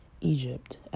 Egypt